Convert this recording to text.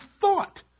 thought